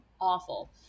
awful